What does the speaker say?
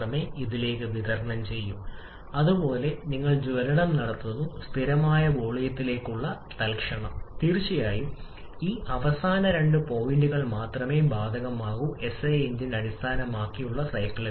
നിങ്ങൾക്ക് കാണാൻ കഴിയും ഡിസോസിയേഷന്റെ പ്രഭാവം സ്റ്റൈക്കിയോമെട്രിക് മിശ്രിതത്തിന് ഏറ്റവും ശക്തമായത് കാരണം സ്റ്റൈക്കിയോമെട്രിക് മിശ്രിതം ഏറ്റവും ഉയർന്ന താപനില ഉൽപാദിപ്പിക്കുന്നു